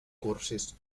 cursis